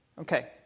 Okay